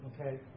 Okay